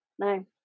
no